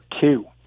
two